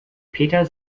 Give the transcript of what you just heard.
peter